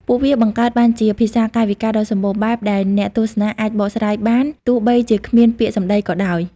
ពួកវាបង្កើតបានជាភាសាកាយវិការដ៏សម្បូរបែបដែលអ្នកទស្សនាអាចបកស្រាយបាន ទោះបីជាគ្មានពាក្យសម្តីក៏ដោយ។